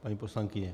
Paní poslankyně?